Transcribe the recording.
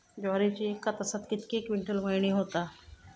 ज्वारीची एका तासात कितके क्विंटल मळणी होता?